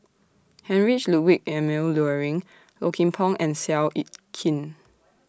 Heinrich Ludwig Emil Luering Low Kim Pong and Seow Yit Kin